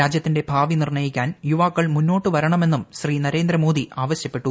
രാജ്യത്തിന്റെ ഭാവി നിർണയിക്കാൻ യുവാക്കൾ മുന്നോട്ടുവരണമെന്നും ശ്രീ ന്രേന്ദ്രമോദി ആവശ്യപ്പെട്ടു